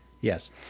Yes